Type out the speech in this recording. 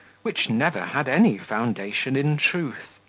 which never had any foundation in truth.